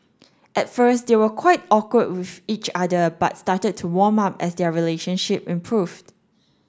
at first they were quite awkward with each other but started to warm up as their relationships improved